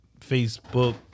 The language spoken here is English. Facebook